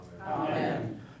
Amen